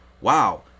Wow